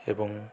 ଏବଂ